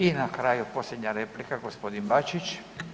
I na kraju posljednja replika g. Bačić.